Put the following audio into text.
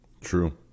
True